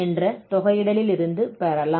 என்ற தொகையிடலிலிருந்து பெறலாம்